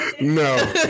No